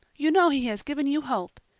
you know he has given you hope.